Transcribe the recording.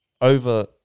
over